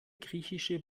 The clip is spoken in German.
griechische